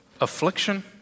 Affliction